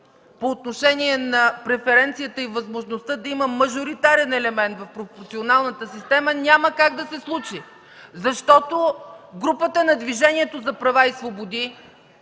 по отношение на преференцията и възможността да има мажоритарен елемент в пропорционалната система няма как да се случи. Защото групата на Движението за права и свободи